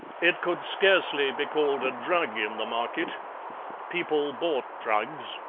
it could scarcely be called a drug in the market people bought drugs,